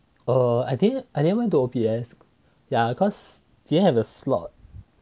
err I think I never do O_B_S ya cause didn't have a slot